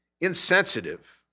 insensitive